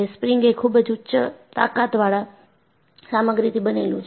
spring એ ખૂબ જ ઉચ્ચ તાકતવાળા સામગ્રીથી બનેલું છે